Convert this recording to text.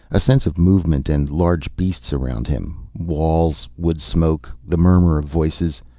a sense of movement and large beasts around him. walls, wood-smoke, the murmur of voices.